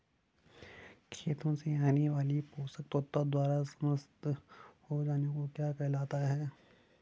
खेतों से आने वाले पोषक तत्वों द्वारा समृद्धि हो जाना क्या कहलाता है?